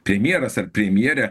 premjeras ar premjere